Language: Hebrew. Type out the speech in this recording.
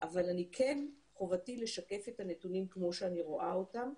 אבל כן חובתי לשקף את הנתונים כמו שאני רואה אותם.